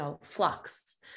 flux